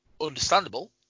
understandable